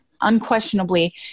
unquestionably